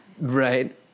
right